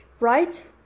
right